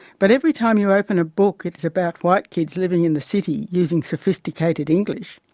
but every time you open a book it is about white kids living in the city using sophisticated english,